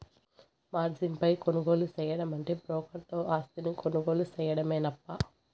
margin పై కొనుగోలు సేయడమంటే బ్రోకర్ తో ఆస్తిని కొనుగోలు సేయడమేనప్పా